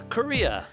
Korea